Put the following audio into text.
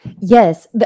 Yes